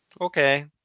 Okay